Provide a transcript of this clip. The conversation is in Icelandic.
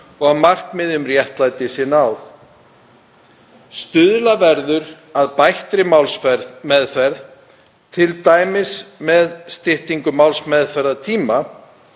og að markmiði um réttlæti sé náð. Stuðla verður að bættri málsmeðferð, t.d. með styttingu málsmeðferðartíma